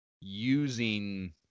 using